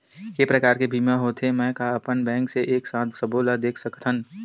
के प्रकार के बीमा होथे मै का अपन बैंक से एक साथ सबो ला देख सकथन?